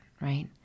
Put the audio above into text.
right